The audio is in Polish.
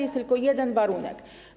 Jest tylko jeden warunek.